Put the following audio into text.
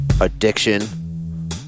addiction